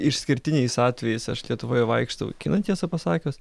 išskirtiniais atvejais aš lietuvoje vaikštau į kiną tiesą pasakius